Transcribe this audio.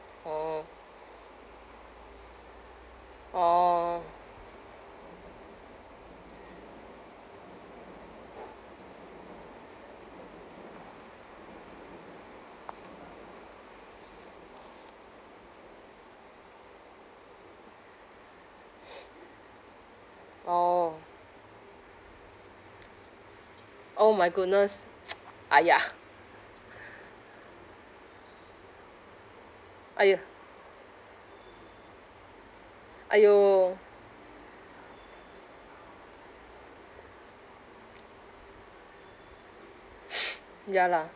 orh orh orh oh my goodness !aiya! !aiyo! !aiyo! ya lah